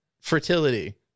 fertility